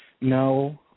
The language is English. No